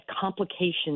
complications